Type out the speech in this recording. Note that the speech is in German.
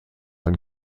ein